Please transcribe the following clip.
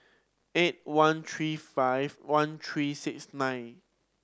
eight one three five one three six nine